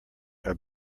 are